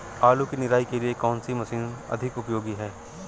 आलू की निराई के लिए कौन सी मशीन अधिक उपयोगी है?